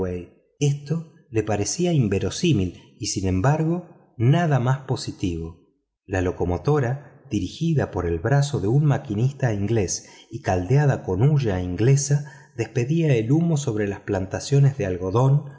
esto le parecía inverosímil y sin embargo nada más positivo la locomotora dirigida por el brazo de un maquinista inglés y caldeada con hulla inglesa despedía el humo sobre las plantaciones de algodón